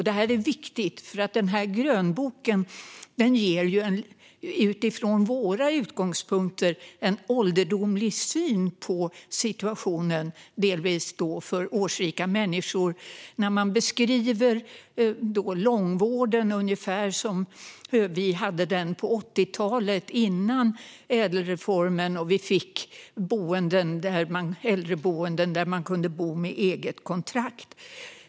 Det här är viktigt, för grönboken ger en utifrån våra utgångspunkter delvis ålderdomlig syn på situationen för årsrika människor. Man beskriver långvården ungefär som vi hade den på 80-talet innan ädelreformen, då vi fick äldreboenden där man kunde bo med eget kontrakt.